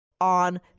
on